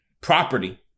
property